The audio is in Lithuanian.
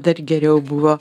dar geriau buvo